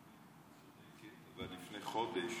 צודקת, אבל לפני חודש